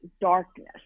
darkness